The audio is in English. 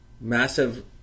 Massive